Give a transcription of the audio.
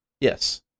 Yes